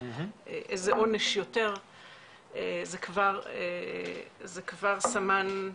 זה כבר סמן.